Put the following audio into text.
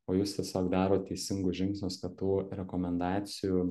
o jūs tiesiog darot teisingus žingsnius kad tų rekomendacijų